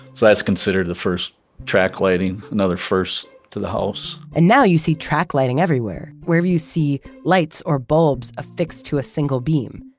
that's considered the first track lighting, another first to the house. and now you see track lighting everywhere, wherever you see lights or bulbs, affixed to a single beam.